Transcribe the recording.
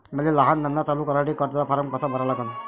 मले लहान धंदा चालू करासाठी कर्जाचा फारम कसा भरा लागन?